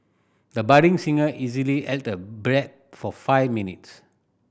the budding singer easily held the breath for five minutes